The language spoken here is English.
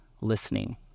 listening